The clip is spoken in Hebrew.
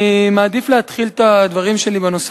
אני מעדיף להתחיל את הדברים שלי בנושא